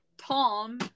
Tom